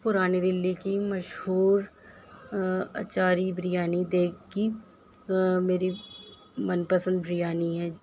پرانی دلی کی مشہور اچاری بریانی دیگ کی میری من پسند بریانی ہے